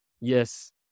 Yes